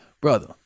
brother